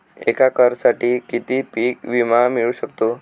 एका एकरसाठी किती पीक विमा मिळू शकतो?